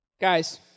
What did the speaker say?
guys